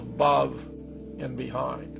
above and behind